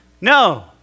No